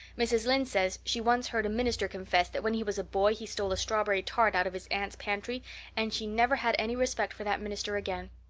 mrs. lynde says she once heard a minister confess that when he was a boy he stole a strawberry tart out of his aunt's pantry and she never had any respect for that minister again.